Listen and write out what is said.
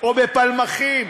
או בפלמחים